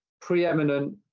preeminent